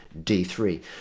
D3